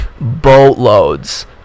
boatloads